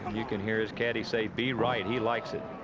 um you can hear his caddy say, be right. he likes it.